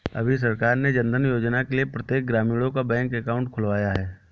अभी सरकार ने जनधन योजना के लिए प्रत्येक ग्रामीणों का बैंक अकाउंट खुलवाया है